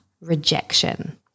rejection